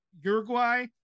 uruguay